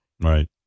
Right